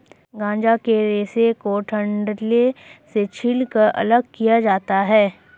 गांजा के रेशे को डंठलों से छीलकर अलग किया जाता है